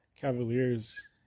Cavaliers